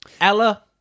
Ella